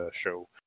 show